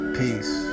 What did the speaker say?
peace